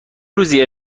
روزی